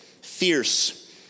fierce